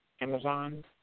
Amazon